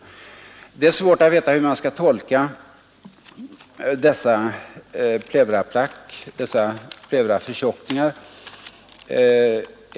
Det är svårt att veta hur man skall tolka dessa pleuraförtjockningar.